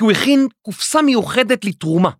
‫כי הוא הכין קופסה מיוחדת לתרומה.